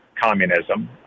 communism